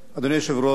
אדוני היושב-ראש,